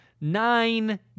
Nine